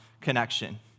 connection